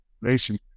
nation